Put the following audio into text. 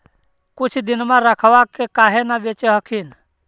कुछ दिनमा रखबा के काहे न बेच हखिन?